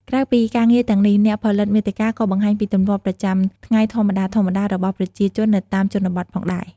ក្រៅពីការងារទាំងនេះ អ្នកផលិតមាតិកាក៏បង្ហាញពីទម្លាប់ប្រចាំថ្ងៃធម្មតាៗ របស់ប្រជាជននៅតាមជនបទផងដែរ។